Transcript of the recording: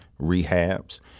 rehabs